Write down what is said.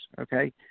okay